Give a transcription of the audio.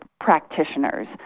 practitioners